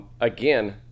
Again